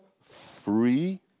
free